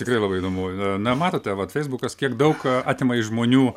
tikrai labai įdomu na matote vat feisbukas kiek daug atima iš žmonių